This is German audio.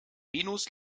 venus